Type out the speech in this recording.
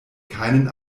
keinen